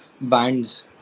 bands